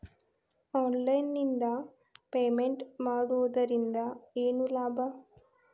Online ನಿಂದ payment ಮಾಡುವುದರಿಂದ ಏನು ಲಾಭ?